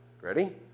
Ready